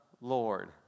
Lord